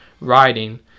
writing